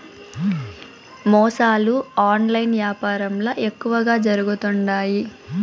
మోసాలు ఆన్లైన్ యాపారంల ఎక్కువగా జరుగుతుండాయి